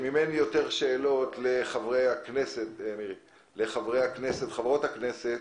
אם אין יותר שאלות לחברות וחברי הכנסת,